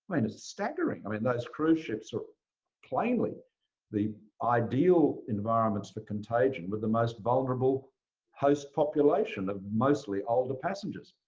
i mean, it's staggering. i mean, those cruise ships are plainly the ideal environments for contagion, with the most vulnerable host population of mostly older passengers.